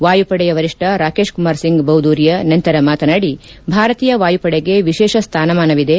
ವಾಯುಪಡೆಯ ವರಿಷ್ಣ ರಾಕೇಶ್ ಕುಮಾರ್ ಸಿಂಗ್ ಬೌದೂರಿಯ ನಂತರ ಮಾತನಾದಿ ಭಾರತೀಯ ವಾಯುಪಡೆಗೆ ವಿಶೇಷ ಸ್ವಾನಮಾನವಿದೆ